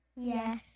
Yes